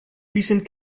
recent